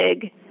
big